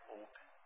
open